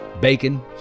bacon